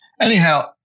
Anyhow